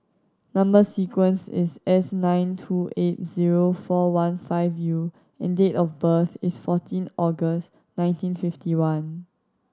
number sequence is S nine two eight zero four one five U and date of birth is fourteen August nineteen fifty one